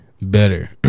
better